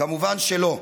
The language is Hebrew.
כמובן שלא.